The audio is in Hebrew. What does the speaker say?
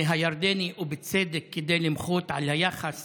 הירדני, ובצדק, כדי למחות על היחס